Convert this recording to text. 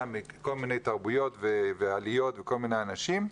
מכל מיני תרבויות ועליות וכל מיני אנשים.